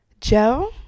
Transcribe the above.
Joe